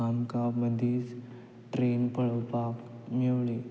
आमकां मदींच ट्रेन पळोवपाक मेवली